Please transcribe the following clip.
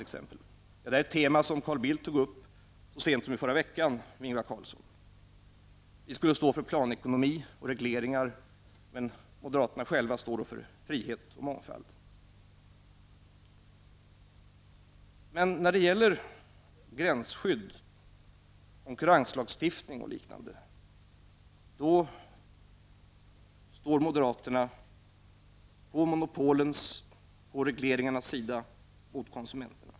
Detta är ett tema som Carl Bildt tog upp så sent som i förra veckan med Ingvar Carlsson. Vi skulle stå för planekonomi och regleringar. Moderaterna själva står då för frihet och mångfald. När det gäller gränsskydd, konkurrenslagstiftning och liknande, då står moderaterna på monopolens och regleringarnas sida mot konsumenterna.